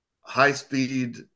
high-speed